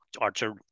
Archer